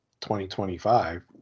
2025